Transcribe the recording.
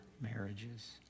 marriages